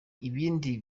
ibindi